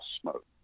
smoke